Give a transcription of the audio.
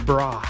Bra